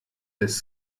des